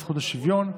הזכות לשוויון),